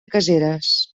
caseres